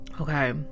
Okay